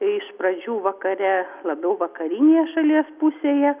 iš pradžių vakare labiau vakarinėje šalies pusėje